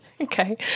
Okay